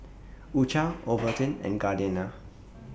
U Cha Ovaltine and Gardenia